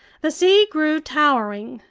the sea grew towering,